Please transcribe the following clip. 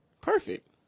perfect